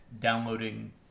downloading